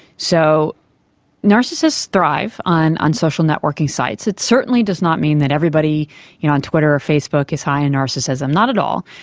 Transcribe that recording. so narcissists thrive on on social networking sites. it certainly does not mean that everybody on twitter or facebook is high in narcissism, not at all,